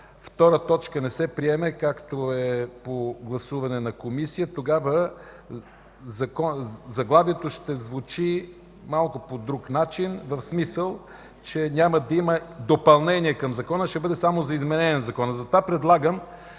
вторият не се приеме, както е по гласуването на Комисията, тогава заглавието ще звучи по друг начин – в смисъл, че няма да има „допълнение”, а ще бъде само за „изменение” на Закона. Затова предлагам,